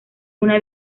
una